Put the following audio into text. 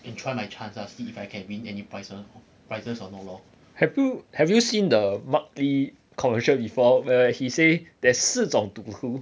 and try my chance lah see if I can win any price prices or not lor